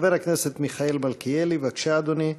חבר הכנסת מיכאל מלכיאלי, בבקשה, אדוני.